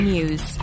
News